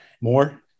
More